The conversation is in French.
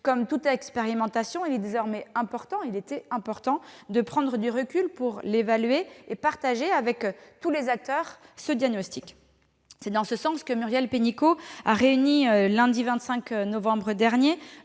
Comme toute expérimentation, il est désormais important de prendre du recul pour l'évaluer et partager avec tous les acteurs un diagnostic. C'est dans ce sens que Muriel Pénicaud a réuni lundi 25 novembre dernier